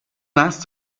nice